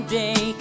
day